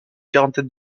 quarantaine